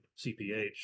cph